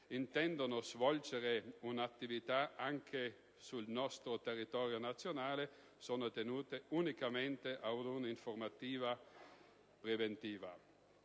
intendono svolgere un'attività anche sul nostro territorio nazionale sono tenute unicamente ad una informativa preventiva.